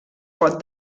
pot